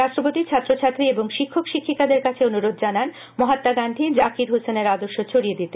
রাষ্ট্রপতি ছাত্রছাত্রী এবং শিক্ষক শিক্ষিকাদের কাছে অনুরোধ জানান মহাত্মা গান্ধী জাকির হুসেনের আদর্শ ছড়িয়ে দিতে